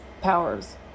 powers